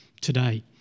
today